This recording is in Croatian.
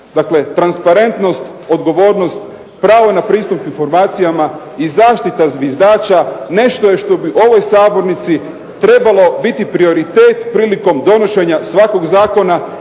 Dakle, transparentnost, odgovornost, pravo na pristup informacijama i zaštita zviždača nešto je što bi ovoj Sabornici trebalo biti prioritet prilikom donošenja svakog zakona.